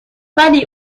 ولی